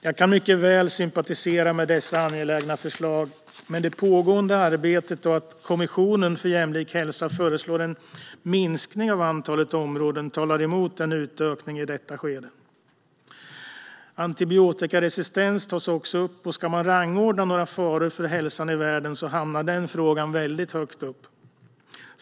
Jag kan mycket väl sympatisera med dessa angelägna förslag, men det pågående arbetet och att Kommissionen för jämlik hälsa föreslår en minskning av antalet områden talar emot en utökning i detta skede. Antibiotikaresistens tas också upp, och ska man rangordna några faror för hälsan i världen hamnar den frågan väldigt högt upp.